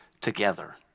together